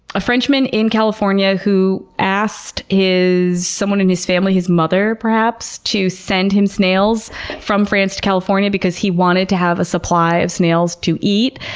a frenchman in california who asked someone in his family, his mother perhaps, to send him snails from france to california because he wanted to have a supply of snails to eat.